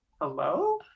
hello